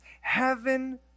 heaven